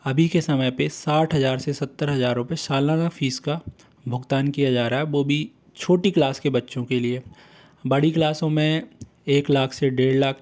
अभी के समय पे साठ हज़ार से सत्तर हज़ार रुपये सालाना फ़ीस का भुगतान किया जा रहा है वो भी छोटी क्लास के बच्चों के लिए बड़ी क्लासों में एक लाख से डेढ़ लाख